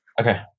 Okay